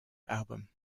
album